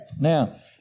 Now